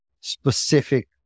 specific